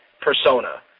persona